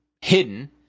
hidden